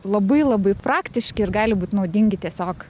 labai labai praktiški ir gali būt naudingi tiesiog